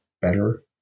better